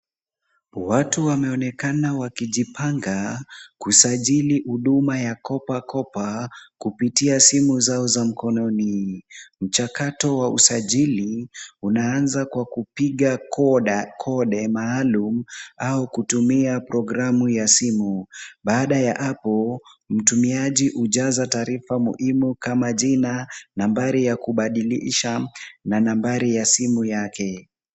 Watu wameonekana wakijipanga kusajili huduma ya KopaKopa kupitia simu zao za mkononi. Mchakato wa usajili unaanza kwa kupiga code maalum au kutumia programu ya simu. Baada ya hapo mtumiaji hujaza taarifa muhimu kama jina, nambari ya kubadilisha na nambari ya simu yake.